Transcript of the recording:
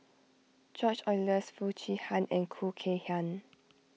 George Oehlers Foo Chee Han and Khoo Kay Hian